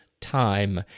time